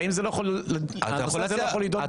האם זה לא יכול להידון בוועדת העלייה והקליטה?